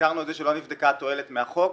הזכרנו את זה שלא נבדקה התועלת מהחוק.